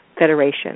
Federation